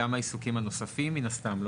גם העיסוקים הנוספים מן הסתם,